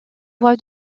voie